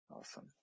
Awesome